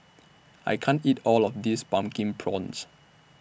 I can't eat All of This Pumpkin Prawns